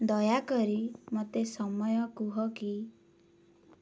ଦୟାକରି ମୋତେ ସମୟ କୁହ କି